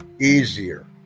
easier